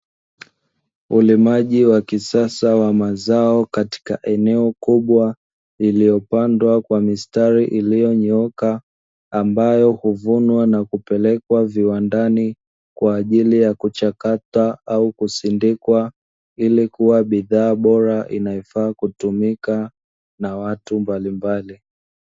Ulimaji wa kisasa wa mazao katika eneo kubwa lilopandwa kwa mistari iliyonyooka, ambayo uvunwa na kupelekwa viwandani, kwa ajili ya kuchakata au kusindikwa ilikua bidhaa bora inayofaa kutumika na watu mbalimbali.